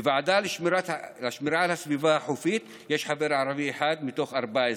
בוועדה לשמירה על הסביבה החופית יש חבר ערבי אחד מתוך 14,